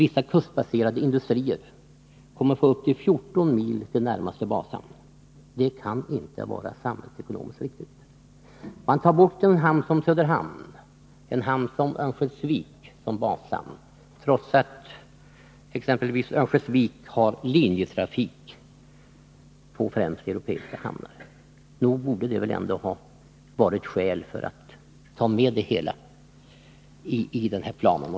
Vissa kustbaserade industrier kommer att få upp till 14 mil till närmaste bashamn. Detta kan inte vara samhällsekonomiskt riktigt. Man tar bort bashamnar som Söderhamn och Örnsköldsvik, trots att exempelvis Örnsköldsvik har linjetrafik på främst europeiska hamnar. Nog borde väl ändå detta vara skäl för att ta med den hamnen i planen.